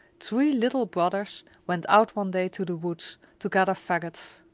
three little brothers went out one day to the woods to gather fagots.